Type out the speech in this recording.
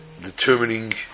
determining